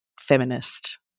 feminist